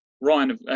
Ryan